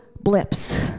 blips